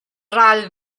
ral